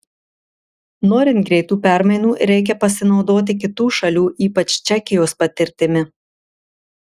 norint greitų permainų reikia pasinaudoti kitų šalių ypač čekijos patirtimi